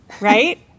right